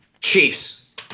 Chiefs